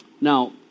Now